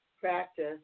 practice